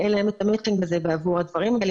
שאין להם את המצ'ינג הזה בעבור הדברים האלה,